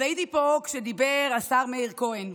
אז הייתי פה כשדיבר השר מאיר כהן.